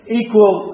equal